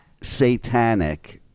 satanic